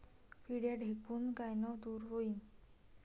पिढ्या ढेकूण कायनं दूर होईन?